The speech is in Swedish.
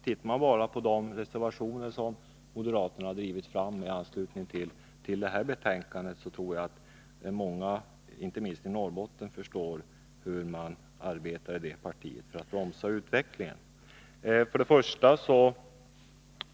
Tittar man bara på de reservationer som moderaterna har drivit fram i anslutning till det här betänkandet tror jag att det är många, inte minst i Norrbotten, som förstår hur det partiet arbetar för att bromsa utvecklingen.